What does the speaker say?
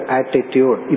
attitude